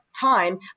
time